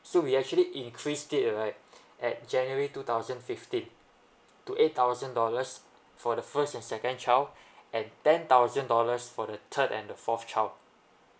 so we actually increased it right at january two thousand fifteen to eight thousand dollars for the first and second child and ten thousand dollars for the third and the fourth child